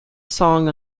song